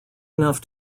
enough